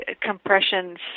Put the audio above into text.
compression